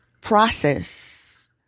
process